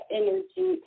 energy